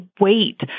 wait